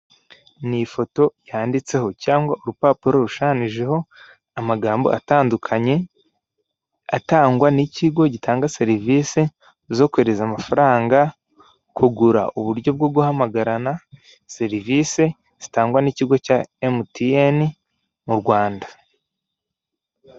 Ni ifoto yanditseho cyangwa urupapuro rushushanyijeho amagambo atandukanye atangwa n'ikigo gitanga serivise zo kohereza amafaranga, kugura uburyo bwo guhamagarana serivise zitangwa n'ikigo cya MTN mu Rwanda.